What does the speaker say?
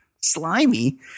Slimy